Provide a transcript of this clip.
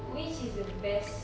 which is the best